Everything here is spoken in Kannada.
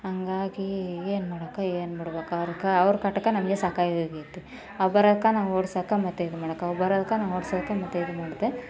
ಹಾಗಾಗಿ ಏನ್ಮಾಡೋಕೆ ಏನು ಬಿಡಬೇಕ ಅದ್ಕೆ ಅವ್ರ ಕಾಟಕ್ಕೆ ನಮಗೆ ಸಾಕಾಗೋಗೈತಿ ಅವು ಬರೋಕೆ ನಾವು ಓಡ್ಸೋಕೆ ಮತ್ತು ಇದ್ಮಾಡೋಕೆ ಅವು ಬರೋದಕ್ಕೆ ನಾವು ಓಡ್ಸೋಕೆ ಮತ್ತು ಇದ್ಮಾಡ್ತೆ